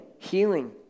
Healing